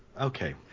Okay